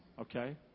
Okay